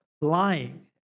lying